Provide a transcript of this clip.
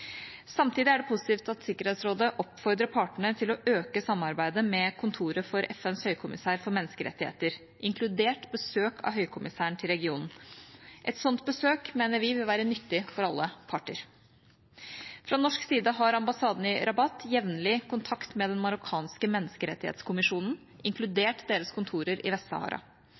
Samtidig er det positivt at Sikkerhetsrådet oppfordrer partene til å øke samarbeidet med kontoret for FNs høykommissær for menneskerettigheter, inkludert besøk av høykommissæren til regionen. Et slikt besøk mener vi vil være nyttig for alle parter. Fra norsk side har ambassaden i Rabat jevnlig kontakt med den marokkanske menneskerettighetskommisjonen, inkludert deres kontorer i